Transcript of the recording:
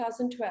2012